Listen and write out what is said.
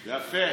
יפה.